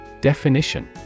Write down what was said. Definition